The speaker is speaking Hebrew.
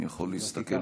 אני יכול להסתכל.